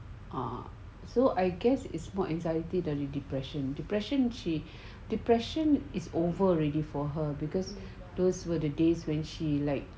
ah so I guess it's more anxiety than dari depression she depression is over already for her because those were the days when she like